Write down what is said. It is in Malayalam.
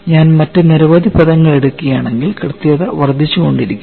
ഞാൻ മറ്റ് നിരവധി പദങ്ങൾ എടുക്കുകയാണെങ്കിൽ കൃത്യത വർദ്ധിച്ചുകൊണ്ടിരിക്കും